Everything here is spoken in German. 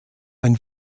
ein